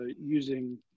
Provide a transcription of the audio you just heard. using